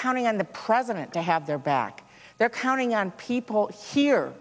counting on the president to have their back they're counting on people here